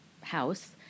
house